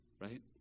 right